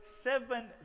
seven